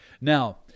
Now